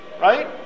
right